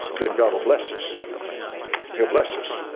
then god will bless us you bless us.